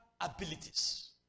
abilities